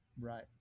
Right